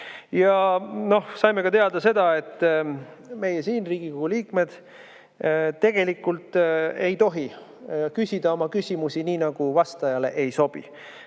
Me saime teada ka seda, et meie siin, Riigikogu liikmed, tegelikult ei tohi küsida oma küsimusi nii, nagu vastajale ei sobi.